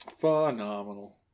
Phenomenal